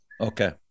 Okay